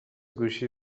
گوشی